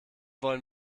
wollen